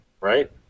right